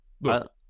Look